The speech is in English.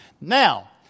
Now